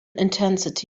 intensity